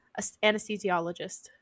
anesthesiologist